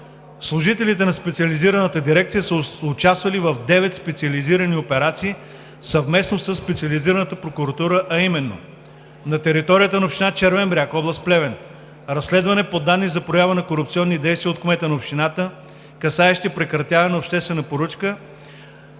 Служителите на специализираната дирекция са участвали в 9 специализирани операции съвместно със Специализираната прокуратура, а именно: - на територията на община Червен бряг, област Плевен – разследване по данни за прояви на корупционни действия на кмета на община Червен бряг, касаещи прекратяване на обществена поръчка